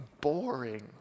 boring